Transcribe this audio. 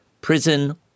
prison